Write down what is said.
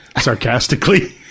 sarcastically